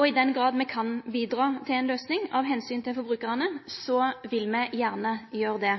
Og i den grad me kan bidra til ei løysing – av omsyn til forbrukarane – vil me gjerne gjere det.